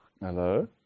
Hello